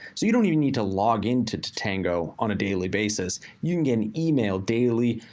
so you don't even need to log in to tatango on a daily basis. you can get an email daily,